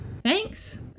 thanks